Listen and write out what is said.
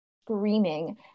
screaming